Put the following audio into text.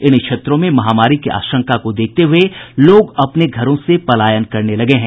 इन क्षेत्रों में महामारी की आशंका को देखते हुए लोग अपने घरों से पलायन करने लगे हैं